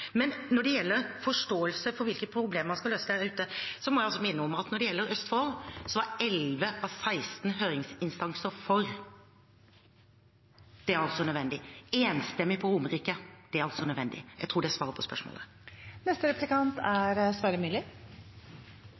men vi har altså et annet forslag. Når det gjelder forståelse for hvilke problemer man skal løse der ute, må jeg minne om at når det gjelder Østfold, var 11 av 16 høringsinstanser for – det er altså nødvendig. Det var enstemmig på Romerike – det er altså nødvendig. Jeg tror det er svaret på